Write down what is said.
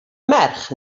merch